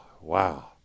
Wow